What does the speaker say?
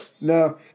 No